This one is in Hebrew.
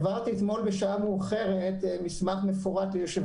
העברתי אתמול בשעה מאוחרת מסמך מפורט ליושב